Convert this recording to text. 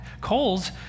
Coals